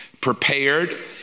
prepared